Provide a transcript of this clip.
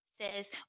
says